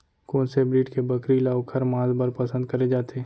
कोन से ब्रीड के बकरी ला ओखर माँस बर पसंद करे जाथे?